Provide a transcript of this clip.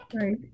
Right